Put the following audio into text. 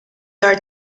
are